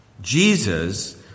Jesus